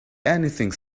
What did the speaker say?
anything